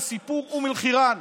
לסיפור אום אל-חיראן.